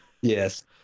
Yes